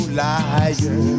liar